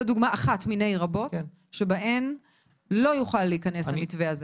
זו דוגמה אחת מיני רבות שבהן לא יוכל להיכנס המתווה הזה.